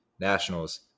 nationals